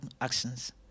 actions